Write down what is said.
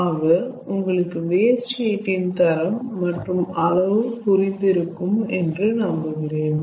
ஆக உங்களுக்கு waste heat இன் தரம் மற்றும் அளவு புரிந்து இருக்கும் என்று நம்புகிறேன்